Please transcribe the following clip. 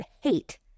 hate